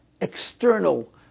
external